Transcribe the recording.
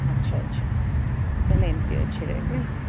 ଆଚ୍ଛା ଆଚ୍ଛା ତାହାଲେ ଏମତି ଅଛି ରେଟ୍ ନାଇଁ